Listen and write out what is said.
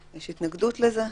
יש התנגדות לזה?